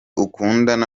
ukundana